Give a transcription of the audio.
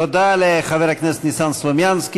תודה לחבר הכנסת ניסן סלומינסקי,